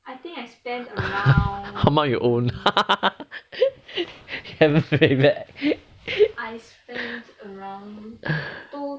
how much you owe haven't pay back